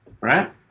Right